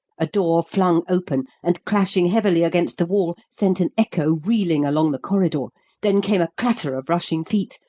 a door flung open, and clashing heavily against the wall, sent an echo reeling along the corridor then came a clatter of rushing feet,